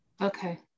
Okay